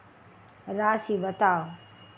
राशि बताउ